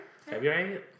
February